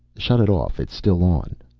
shut it off. it's still on.